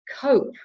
cope